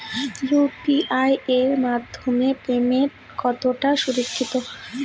UPI এর মাধ্যমে payment কতটা সুরক্ষিত?